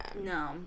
No